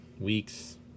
weeks